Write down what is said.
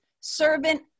servant